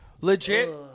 Legit